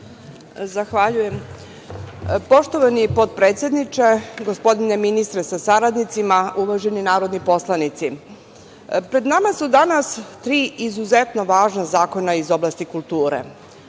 Zahvaljujem. Poštovani potpredsedniče, gospodine ministre sa saradnicima, uvaženi narodni poslanici, pred nama su danas tri izuzetno važna zakona iz oblasti kulture.O